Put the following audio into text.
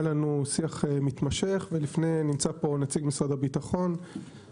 היה לנו שיח מתמשך עם משרד הביטחון,